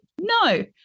No